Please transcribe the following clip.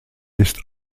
ist